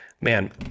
Man